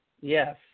Yes